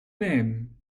name